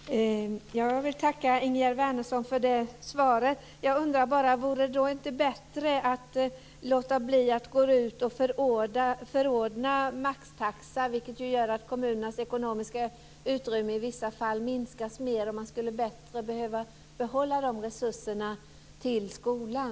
Fru talman! Jag vill tacka Ingegerd Wärnersson för det svaret. Jag undrar bara: Vore det inte bättre att låta bli att införa en maxtaxa, vilket ju gör att kommunernas ekonomisk utrymme minskar? Man skulle bättre behöva de resurserna till skolan.